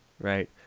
right